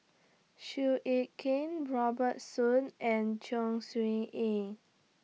Seow Yit Kin Robert Soon and Chong Siew Ying